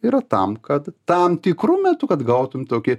yra tam kad tam tikru metu kad gautum tokį